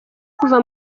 kuva